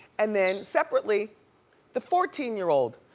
and then separately the fourteen year old,